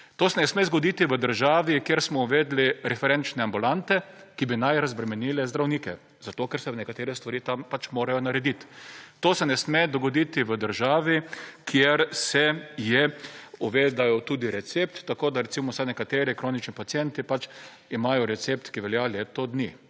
To se ne sme zgoditi v državi, kjer smo uvedli referenčne ambulante, ki bi naj razbremenile zdravnike, zato ker se nekatere stvari tam morajo narediti. To se ne sme zgoditi v državi, kjer se je uvedel tudi recept tako, da recimo so nekateri kronični pacienti imajo recept, ki velja leto dni